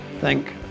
Thank